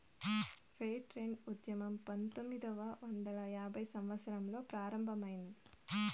fair trade ఉద్యమం పంతొమ్మిదవ వందల యాభైవ సంవత్సరంలో ప్రారంభమైంది